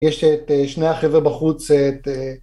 יש את שני החבר'ה בחוץ, את...